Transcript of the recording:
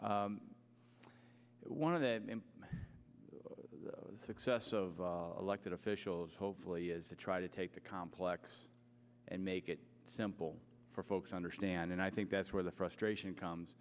you one of the success of elected officials hopefully is to try to take the complex and make it simple for folks understand and i think that's where the frustration comes